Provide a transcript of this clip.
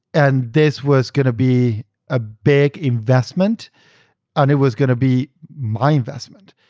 and this was going to be a big investment and it was going to be my investment.